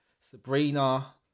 Sabrina